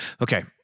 Okay